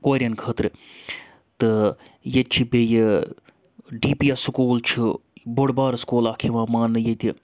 کورٮ۪ن خٲطرٕ تہٕ ییٚتہِ چھِ بیٚیہِ ڈی پی ایس سکوٗل چھُ بوٚڑ بارٕ سکوٗل اَکھ یِوان ماننہٕ ییٚتہِ